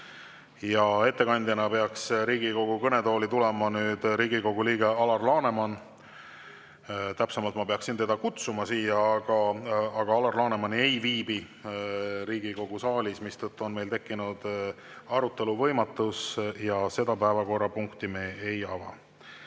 Ettekandeks peaks Riigikogu kõnetooli tulema Riigikogu liige Alar Laneman. Täpsemalt, ma peaksin ta siia kutsuma, aga Alar Laneman ei viibi Riigikogu saalis, mistõttu on meil tekkinud arutelu võimatus ja selle päevakorrapunkti arutelu